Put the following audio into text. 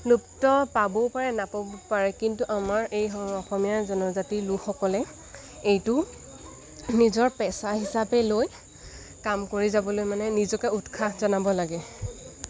লুপ্ত পাবও পাৰে নাপাবও পাৰে কিন্তু আমাৰ এই অসমীয়া জনজাতিৰ লোকসকলে এইটো নিজৰ পেচা হিচাপে লৈ কাম কৰি যাবলৈ মানে নিজকে উৎসাহ জনাব লাগে